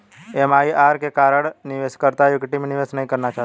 कम MIRR के कारण निवेशकर्ता इक्विटी में निवेश नहीं करना चाहते हैं